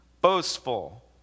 boastful